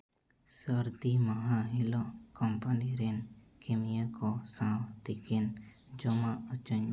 ᱥᱟᱹᱨᱫᱤ ᱢᱟᱦᱟ ᱦᱤᱞᱳᱜ ᱠᱚᱢᱯᱟᱱᱤ ᱨᱮᱱ ᱠᱟᱹᱢᱤᱭᱟᱹ ᱠᱚ ᱥᱟᱶ ᱛᱤᱠᱤᱱ ᱡᱚᱢᱟᱜ ᱚᱪᱚᱜ ᱢᱮ